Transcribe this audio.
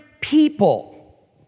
people